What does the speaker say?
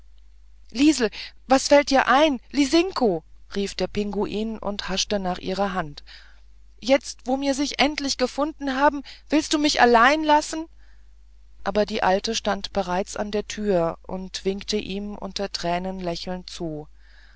liesel was fällt dir ein lisinko rief der pinguin und haschte nach ihrer hand jetzt wo mir sich endlich gefunden haben willst du mich allein lassen aber die alte stand bereits an der türe und winkte ihm unter tränen lächelnd zu